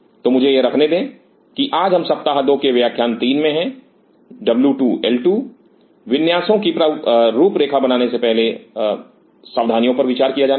तो मुझे यह रखने दे कि आज हम सप्ताह दो के व्याख्यान 3 में है W2L2 विन्यासो की रूपरेखा बनाने से पहले सावधानियों पर विचार किया जाना है